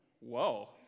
whoa